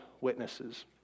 witnesses